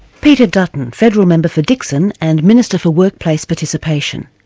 peter dutton, federal member for dickson and minister for workplace participation.